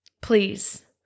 please